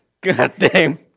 goddamn